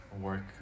work